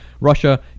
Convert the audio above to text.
Russia